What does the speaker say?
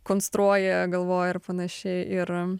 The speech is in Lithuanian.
konstruoja galvoja ar panašiai ir